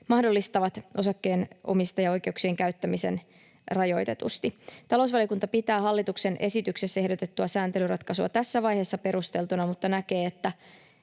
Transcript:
mahdollistavat osakkeenomistajaoikeuksien käyttämisen rajoitetusti. Talousvaliokunta pitää hallituksen esityksessä ehdotettua sääntelyratkaisua tässä vaiheessa perusteltuna mutta näkee, että